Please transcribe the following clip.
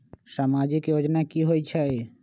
समाजिक योजना की होई छई?